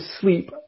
sleep